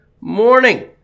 morning